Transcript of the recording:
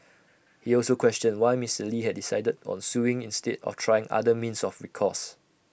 he also questioned why Mister lee had decided on suing instead of trying other means of recourse